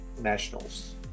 nationals